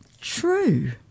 True